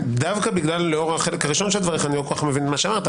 דווקא לאור החלק הראשון של דבריך אני לא כל כך מבין מה שאמרת.